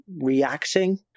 reacting